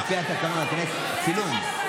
על פי התקנות, צילום,